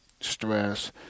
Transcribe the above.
stress